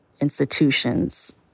institutions